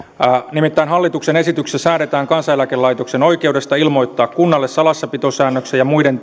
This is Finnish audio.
nimittäin hallituksen esityksessä säädetään kansaneläkelaitoksen oikeudesta ilmoittaa kunnalle salassapitosäännösten ja muiden